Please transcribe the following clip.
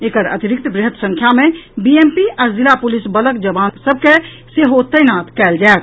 एकर अतिरिक्त बृहत संख्या मे बीएमपी आ जिला पुलिस बलक जवान सभ के सेहो तैनात कयल जायत